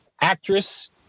actress